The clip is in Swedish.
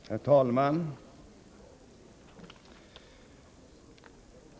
Herr talman!